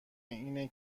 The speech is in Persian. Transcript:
اینه